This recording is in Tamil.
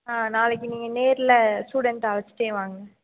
ஆ நாளைக்கு நீங்கள் நேரில் ஸ்டூடெண்டை அழைச்சிட்டே வாங்க